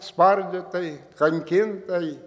spardytai kankintai